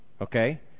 Okay